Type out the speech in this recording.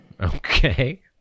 Okay